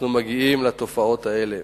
אנחנו מגיעים לתופעות האלה.